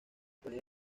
fue